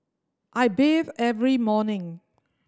I bathe every morning